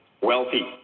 wealthy